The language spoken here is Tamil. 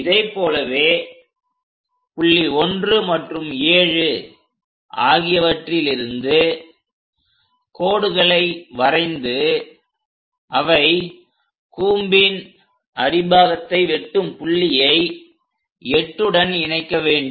இதைப்போலவே புள்ளி 1 மற்றும் 7 ஆகியவற்றிலிருந்து கோடுகளை வரைந்து அவை கூம்பின் அடிபாகத்தை வெட்டும் புள்ளியை 8 உடன் இணைக்க வேண்டும்